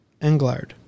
Englard